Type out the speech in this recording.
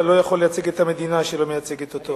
אבל לא יכול לייצג את המדינה שלא מייצגת אותו.